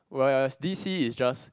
whereas DC is just